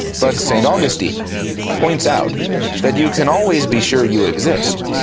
but st. augustine points out that you can always be sure you exist,